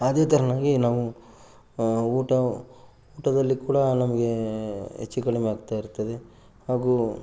ಅದೇ ಥರವಾಗಿ ನಾವು ಊಟ ಊಟದಲ್ಲಿ ಕೂಡ ನಮಗೆ ಹೆಚ್ಚು ಕಡಿಮೆ ಆಗ್ತಾಯಿರ್ತದೆ ಹಾಗೂ